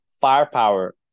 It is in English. firepower